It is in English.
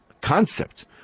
concept